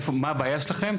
מה הבעיה שלכם.